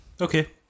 Okay